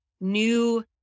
new